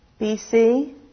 BC